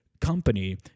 company